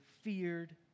feared